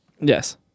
Yes